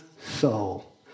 soul